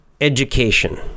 education